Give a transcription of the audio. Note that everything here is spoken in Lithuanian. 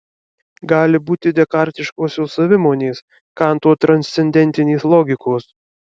gali būti dekartiškosios savimonės kanto transcendentinės logikos